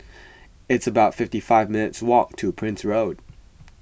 it's about fifty five minutes' walk to Prince Road